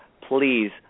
please